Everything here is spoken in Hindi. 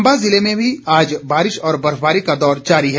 चम्बा जिले में भी आज बारिश और बर्फबारी का दौर जारी है